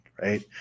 right